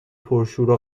پرشور